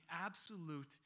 absolute